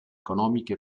economiche